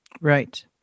Right